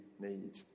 need